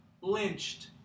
lynched